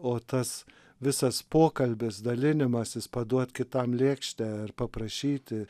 o tas visas pokalbis dalinimasis paduot kitam lėkštę ar paprašyti